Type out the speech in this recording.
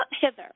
hither